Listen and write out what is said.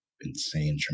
insane